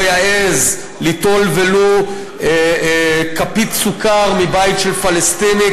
יעז ליטול ולו כפית סוכר מבית של פלסטיני,